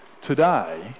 today